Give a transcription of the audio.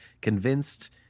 convinced